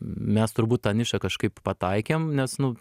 mes turbūt tą nišą kažkaip pataikėm nes nu